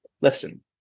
Listen